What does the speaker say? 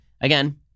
again